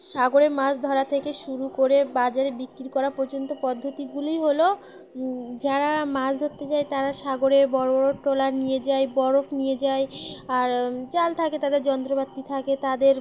সাগরে মাছ ধরা থেকে শুরু করে বাজারে বিক্রি করা পর্যন্ত পদ্ধতিগুলি হল যারা মাছ ধরতে চায় তারা সাগরে বড় বড় ট্রলার নিয়ে যায় বরফ নিয়ে যায় আর জাল থাকে তাদের যন্ত্রপাতি থাকে তাদের